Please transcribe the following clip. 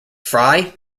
fry